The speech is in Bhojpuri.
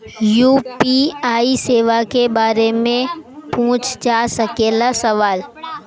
यू.पी.आई सेवा के बारे में पूछ जा सकेला सवाल?